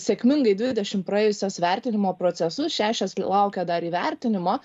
sėkmingai dvidešim praėjusios vertinimo procesus šešios laukia dar įvertinimo